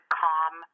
calm